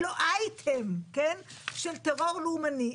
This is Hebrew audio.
אין לו אייטם של טרור לאומני,